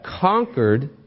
conquered